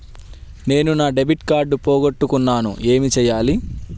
నేను నా debit card పోగొట్టుకున్నాను ఏమి చేయాలి?